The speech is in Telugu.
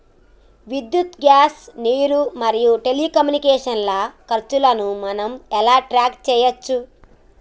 విద్యుత్ గ్యాస్ నీరు మరియు టెలికమ్యూనికేషన్ల ఖర్చులను మనం ఎలా ట్రాక్ చేయచ్చు?